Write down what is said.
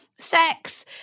sex